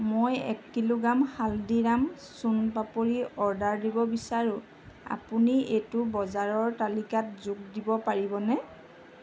মই এক kilogram Haldiram soan papdi order দিব বিচাৰোঁ আপুনি এইটো বজাৰৰ তালিকাত যোগ কৰিব পাৰিবনে